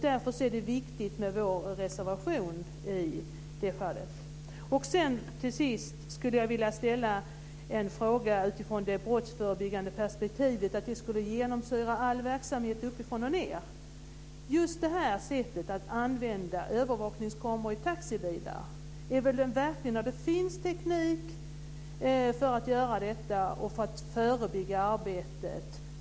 Därför är det viktigt med vår reservation. Sist vill jag ställa en fråga med utgångspunkt i det brottsförebyggande perspektivet. Det ska genomsyra all verksamhet - uppifrån och ned. Att använda övervakningskameror i taxibilar har verkan. Det finns teknik för att göra detta och för att förebygga arbetet.